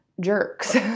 jerks